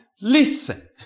Listen